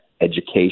education